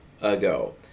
ago